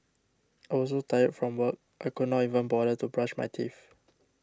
I was so tired from work I could not even bother to brush my teeth